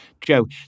Joe